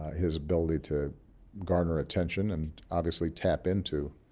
his ability to garner attention and obviously tap into